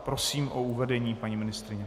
Prosím o uvedení, paní ministryně.